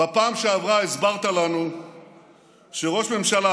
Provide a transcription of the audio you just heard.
בפעם שעברה הסברת לנו שראש ממשלה